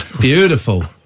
Beautiful